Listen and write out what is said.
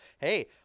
hey